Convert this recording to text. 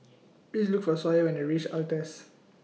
Please Look For Sawyer when YOU REACH Altez